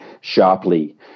sharply